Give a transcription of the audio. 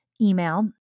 email